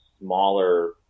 smaller